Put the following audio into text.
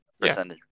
percentage